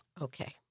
Okay